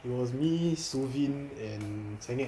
I was me shu bin and seyeng